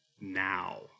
now